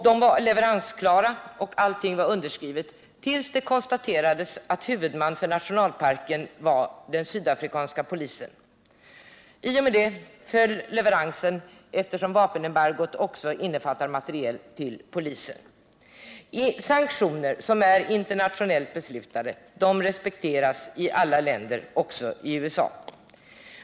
De var leveransklara, och alla handlingar var underskrivna men så konstaterades det att huvudmannen för nationalparken var den sydafrikanska polisen. I och med det föll leveransen, eftersom vapenembargot också innefattar materiel till polisen. Sanktioner som är internationellt beslutade respekteras i alla länder, också i USA.